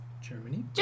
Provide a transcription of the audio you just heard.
Germany